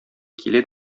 килә